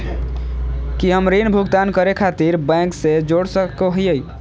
की हम ऋण भुगतान करे खातिर बैंक से जोड़ सको हियै?